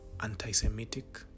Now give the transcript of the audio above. anti-semitic